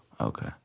Okay